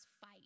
fight